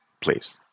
please